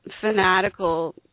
fanatical